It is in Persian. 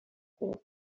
خورد